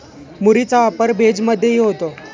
मुरीचा वापर भेज मधेही होतो